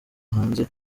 hanze